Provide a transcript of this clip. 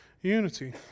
unity